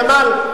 ג'מאל,